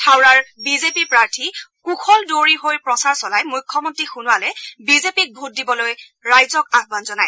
থাওৰাৰ BJP প্ৰাৰ্থী কুশল দুৱৰীৰ হৈ প্ৰচাৰ চলাই মুখ্যমন্তী সোণোৱালে বিজেপিক ভোট দিবলৈ ৰাইজলৈ আহ্নান জনায়